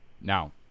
Now